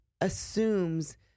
assumes